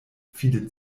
viele